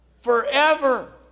Forever